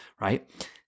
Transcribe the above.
right